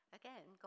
again